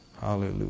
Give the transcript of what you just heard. Hallelujah